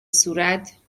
صورت